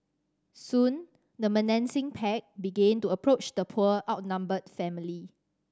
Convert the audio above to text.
soon the menacing pack began to approach the poor outnumbered family